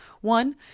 one